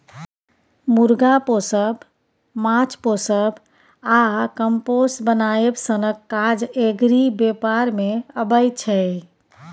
मुर्गा पोसब, माछ पोसब आ कंपोस्ट बनाएब सनक काज एग्री बेपार मे अबै छै